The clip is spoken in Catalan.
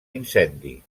incendi